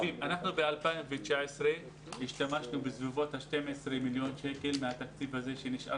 בשנת 2019 אנחנו השתמשנו בסביבות ה-12 מיליון שקלים מהתקציב הזה שנשאר